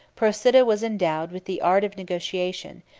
procida was endowed with the art of negotiation,